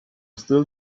still